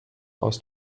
aus